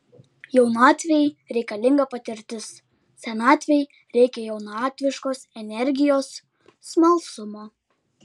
jaunatvei reikalinga patirtis senatvei reikia jaunatviškos energijos smalsumo